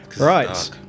Right